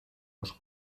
los